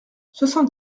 soixante